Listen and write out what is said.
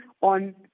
On